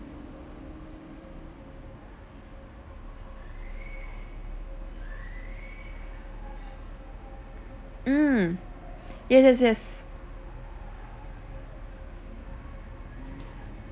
mm yes yes yes